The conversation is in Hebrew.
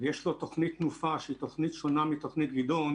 ויש לו תוכנית תנופה שהיא תוכנית שונה מתוכנית גדעון,